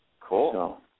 Cool